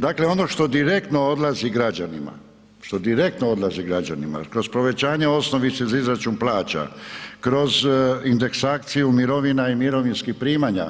Dakle, ono što direktno odlazi građanima, što direktno odlazi građanima kroz povećanje osnovce za izračun plaća, kroz indeksaciju mirovina i mirovinskih primanja,